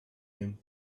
him